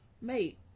mate